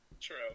True